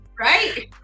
Right